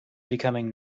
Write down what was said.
becoming